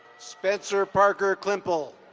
spencer parker climple.